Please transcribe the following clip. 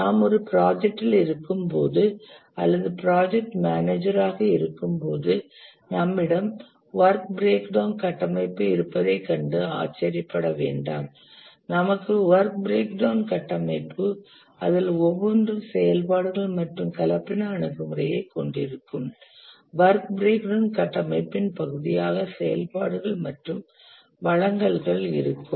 நாம் ஒரு ப்ராஜெக்டில் இருக்கும்போது அல்லது ப்ராஜெக்ட் மேனேஜராக இருக்கும்போது நம்மிடம் வொர்க் பிறேக் டவுண் கட்டமைப்பு இருப்பதை கண்டு ஆச்சரியப்பட வேண்டாம் நமக்கு வொர்க் பிறேக் டவுண் கட்டமைப்பு அதில் ஒவ்வொன்றும் செயல்பாடுகள் மற்றும் கலப்பின அணுகுமுறையை கொண்டிருக்கும் வொர்க் பிறேக் டவுண் கட்டமைப்பின் பகுதியாக செயல்பாடுகள் மற்றும் வழங்கல்கள் இருக்கும்